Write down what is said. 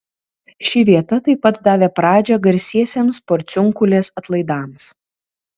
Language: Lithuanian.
ši vieta tai pat davė pradžią garsiesiems porciunkulės atlaidams